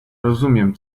rozumiem